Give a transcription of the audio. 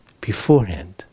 beforehand